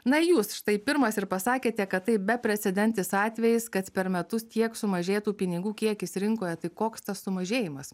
na jūs štai pirmas ir pasakėte kad tai beprecedentis atvejis kad per metus tiek sumažėtų pinigų kiekis rinkoje tai koks tas sumažėjimas